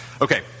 Okay